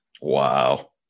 Wow